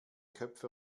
köpfe